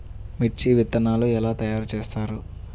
మిర్చి విత్తనాలు ఎలా తయారు చేస్తారు?